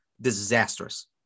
Disastrous